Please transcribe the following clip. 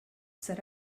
set